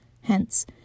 Hence